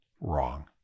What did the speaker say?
wrong